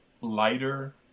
lighter